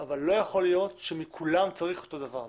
אבל לא יכול להיות שמכולם צריך אותו הדבר.